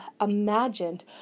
imagined